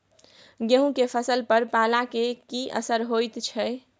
गेहूं के फसल पर पाला के की असर होयत छै?